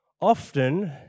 often